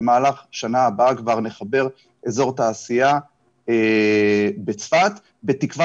במהלך שנה הבאה כבר נחבר אזור תעשייה בצפת בתקווה